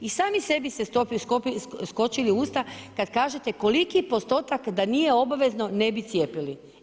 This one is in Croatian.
I sami sebi ste skočili u usta, kad kažete koliko je postotak, da nije obavezno, ne bi cijepili.